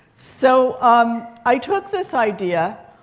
so um i took this idea.